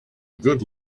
good